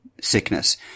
Sickness